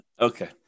Okay